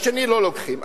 ושני לא לוקחים.